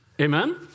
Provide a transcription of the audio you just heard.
Amen